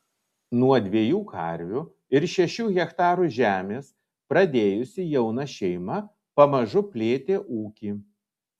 nuo dviejų karvių ir šešių hektarų žemės pradėjusi jauna šeima pamažu plėtė ūkį